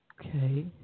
Okay